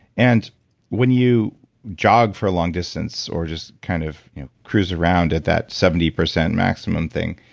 and when you jog for long distance or just kind of cruise around at that seventy percent maximum thing,